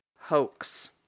hoax